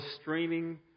streaming